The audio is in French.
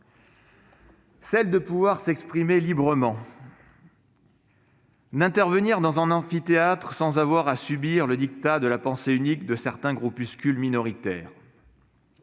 celle de pouvoir s'exprimer librement, d'intervenir dans un amphithéâtre sans avoir à subir le de la pensée unique de certains groupuscules minoritaires.